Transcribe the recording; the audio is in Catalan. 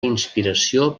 inspiració